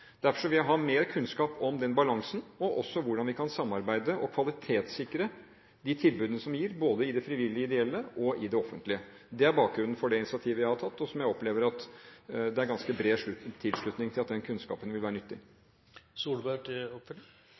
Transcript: Derfor vil jeg ha mer kunnskap om den balansen, og også om hvordan vi kan samarbeide og kvalitetssikre de tilbudene som gis både av de frivillige ideelle og i det offentlige. Det er bakgrunnen for det initiativet jeg har tatt, og jeg opplever at det er ganske bred tilslutning til at den kunnskapen vil være